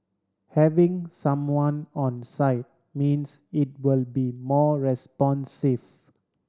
having someone on site means it will be more responsive